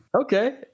Okay